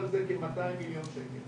יש מאתיים מיליון שקל